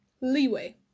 leeway